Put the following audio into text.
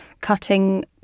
cutting